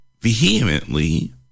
vehemently